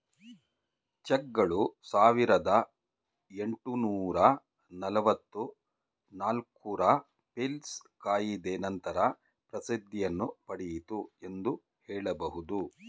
ಚೆಕ್ಗಳು ಸಾವಿರದ ಎಂಟುನೂರು ನಲವತ್ತು ನಾಲ್ಕು ರ ಪೀಲ್ಸ್ ಕಾಯಿದೆಯ ನಂತರ ಪ್ರಸಿದ್ಧಿಯನ್ನು ಪಡೆಯಿತು ಎಂದು ಹೇಳಬಹುದು